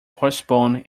postpone